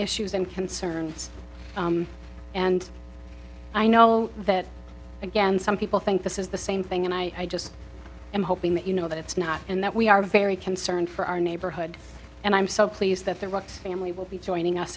issues and concerns and i know that again some people think this is the same thing and i just am hoping that you know that it's not and that we are very concerned for our neighborhood and i'm so pleased that the rocks family will be joining us